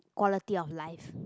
quality of life